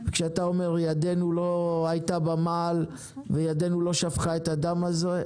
כשאתה אומר ידנו לא הייתה במעל וידנו לא שפכה את הדם הזה,